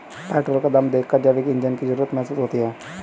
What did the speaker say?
petrol का दाम देखकर जैविक ईंधन की जरूरत महसूस होती है